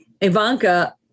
Ivanka